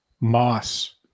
Moss